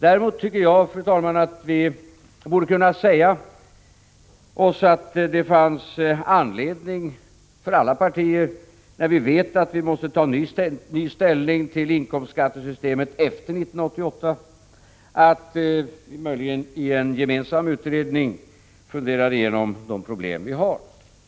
Däremot tycker jag, fru talman, att vi borde kunna säga oss att det finns anledning för alla partier — när vi vet att vi måste ta ny ställning till inkomstskattesystemet efter 1988 — att i en gemensam utredning fundera igenom de problem vi har.